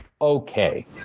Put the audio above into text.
Okay